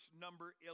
number